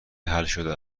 حلشده